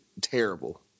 terrible